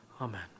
Amen